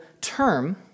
term